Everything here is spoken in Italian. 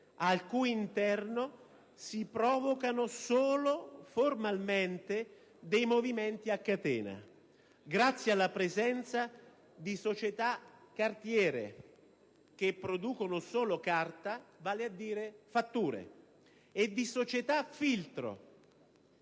al cui interno si provocano solo formalmente dei movimenti a catena, grazie alla presenza di società «cartiere» (che producono solo carta, vale a dire fatture) e di società filtro.